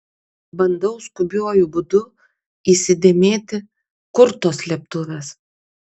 bandau skubiuoju būdu įsidėmėti kur tos slėptuvės